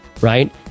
right